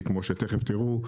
כי כמו שתיכף תראו,